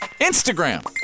Instagram